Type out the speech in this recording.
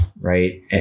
Right